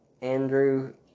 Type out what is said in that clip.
Andrew